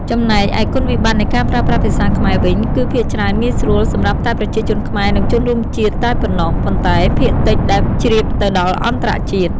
ចំណែកឯគុណវិបត្តិនៃការប្រើប្រាស់ភាសាខ្មែរវិញ គឺភាគច្រើនងាយស្រួលសម្រាប់តែប្រជាជនខ្មែរនិងជនរួមជាតិតែប៉ុណ្ណោះ ប៉ុន្តែភាគតិចដែលជ្រាបទៅដល់អន្តរជាតិ។